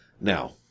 Now